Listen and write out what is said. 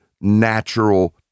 natural